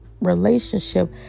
relationship